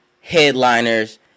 headliners